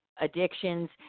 Addictions